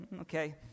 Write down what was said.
okay